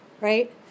right